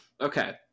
Okay